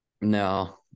No